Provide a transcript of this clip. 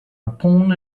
upon